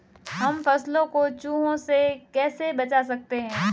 हम फसलों को चूहों से कैसे बचा सकते हैं?